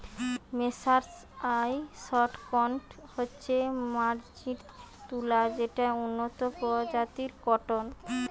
mercerised cotton হচ্ছে মার্জারিত তুলো যেটা উন্নত প্রজাতির কট্টন